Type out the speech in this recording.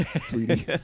sweetie